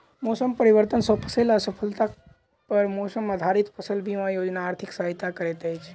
मौसम परिवर्तन सॅ फसिल असफलता पर मौसम आधारित फसल बीमा योजना आर्थिक सहायता करैत अछि